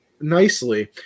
nicely